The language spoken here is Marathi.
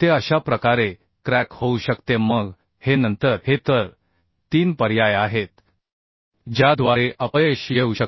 ते अशा प्रकारे क्रॅक होऊ शकते मग हे नंतर हे तर 3 पर्याय आहेत ज्याद्वारे अपयश येऊ शकते